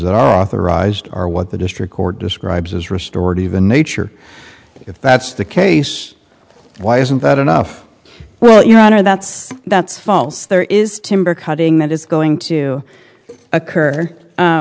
that are authorized are what the district court describes as restorative in nature if that's the case why isn't that enough well your honor that's that's false there is timber cutting that is going to occur